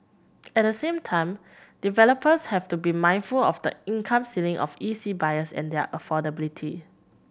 at the same time developers have to be mindful of the income ceiling of E C buyers and their affordability